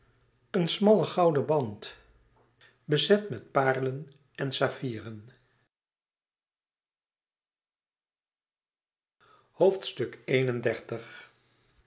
een smalle gouden band bezet met parelen en saffieren